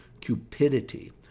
cupidity